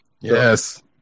Yes